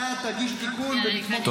אנחנו נאשר, ואתה תגיש תיקון ונתמוך בו.